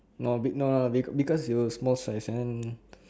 no be~ no no be~ because you were small size M